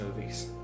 movies